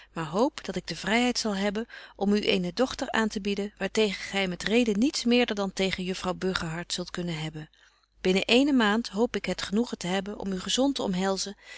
maar hoop dat ik de vryheid zal hebben om u eene dochter aantebieden waar tegen gy met reden niets meerder dan tegen juffrouw burgerhart zult kunnen hebben binnen eene maand hoop ik het genoegen te hebben om u gezont te omhelzen